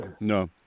No